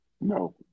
No